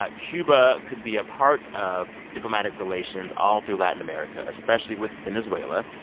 ah cuba could be a part of diplomatic relations all through latin america, especially with venezuela.